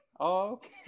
okay